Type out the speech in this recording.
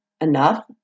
enough